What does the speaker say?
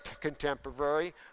contemporary